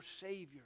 Savior